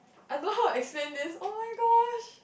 I don't know how to explain this oh-my-gosh